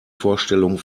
vorstellung